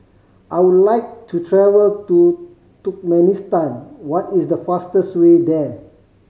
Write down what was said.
I would like to travel to Turkmenistan what is the fastest way there